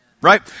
right